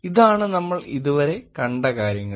അതിനാൽഇതാണ് നമ്മൾ ഇതുവരെ കണ്ട കാര്യങ്ങൾ